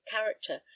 character